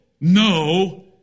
no